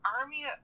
army